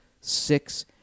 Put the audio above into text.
six